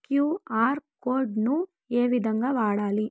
QR code ను ఏ విధంగా వాడాలి?